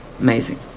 Amazing